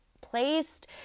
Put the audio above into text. placed